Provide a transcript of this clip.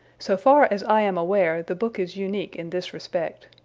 so far as i am aware the book is unique in this respect.